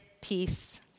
peace